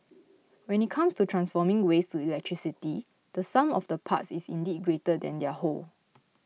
when it comes to transforming waste to electricity the sum of the parts is indeed greater than their whole